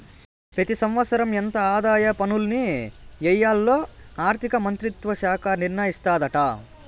పెతి సంవత్సరం ఎంత ఆదాయ పన్నుల్ని ఎయ్యాల్లో ఆర్థిక మంత్రిత్వ శాఖ నిర్ణయిస్తాదాట